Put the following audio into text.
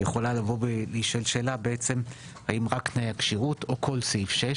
יכולה להישאל שאלה האם רק תנאי הכשירות או כל סעיף 6